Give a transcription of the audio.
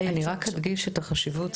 אני רק אדגיש את החשיבות.